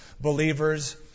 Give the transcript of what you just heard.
believers